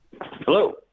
Hello